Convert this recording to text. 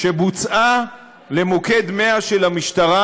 שבוצעה למוקד 100 של המשטרה,